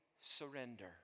surrender